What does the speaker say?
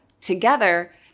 together